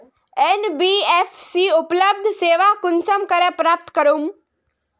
NBFC उपलब्ध सेवा कुंसम करे प्राप्त करूम?